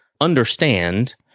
understand